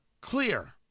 clear